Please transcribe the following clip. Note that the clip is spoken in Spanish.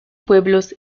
pueblos